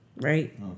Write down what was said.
right